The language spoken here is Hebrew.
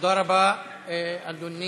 תודה רבה, אדוני.